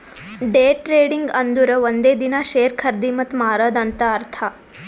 day trading ಅಂದುರ್ ಒಂದೇ ದಿನಾ ಶೇರ್ ಖರ್ದಿ ಮತ್ತ ಮಾರಾದ್ ಅಂತ್ ಅರ್ಥಾ